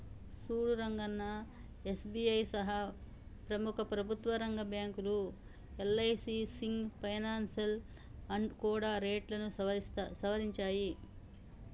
సూడు రంగన్నా ఎస్.బి.ఐ సహా ప్రముఖ ప్రభుత్వ రంగ బ్యాంకులు యల్.ఐ.సి సింగ్ ఫైనాల్స్ కూడా రేట్లను సవరించాయి